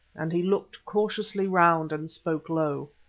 and he looked cautiously round and spoke low.